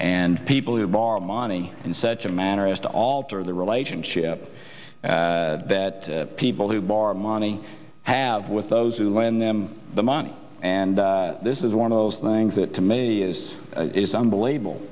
and people who borrow money in such a manner as to alter the relationship that people who borrow money have with those who lend them the money and this is one of those things that to me is is unbelievable